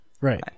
Right